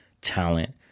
talent